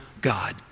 God